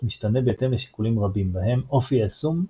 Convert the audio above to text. משתנה בהתאם לשיקולים רבים בהם אופי היישום,